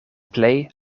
plej